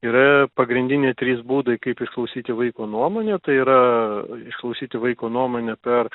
yra pagrindiniai trys būdai kaip išklausyti vaiko nuomonę tai yra išklausyti vaiko nuomonę per